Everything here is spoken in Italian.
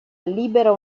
libera